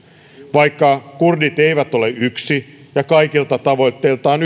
vaikka kurdit eivät ole yksi ja kaikilta tavoitteiltaan